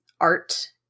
art